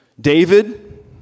David